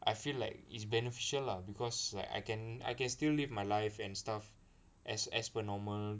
I feel like it's beneficial lah because like I can I can still live my life and stuff as as per normal